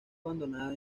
abandonada